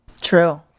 True